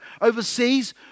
overseas